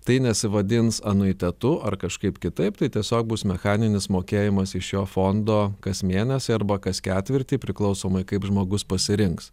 tai nesivadins anuitetu ar kažkaip kitaip tai tiesiog bus mechaninis mokėjimas iš jo fondo kas mėnesį arba kas ketvirtį priklausomai kaip žmogus pasirinks